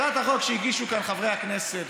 הצעת החוק שהגישו כאן חברי הכנסת,